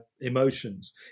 emotions